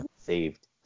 saved